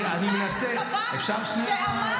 אני מנסה, אפשר שנייה?